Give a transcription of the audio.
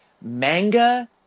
manga